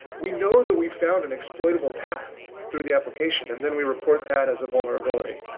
we know that we've found an exploitable path through the application, and then we report that as a vulnerability.